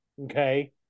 okay